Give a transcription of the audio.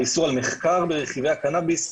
האיסור על מחקר ברכיבי הקנביס,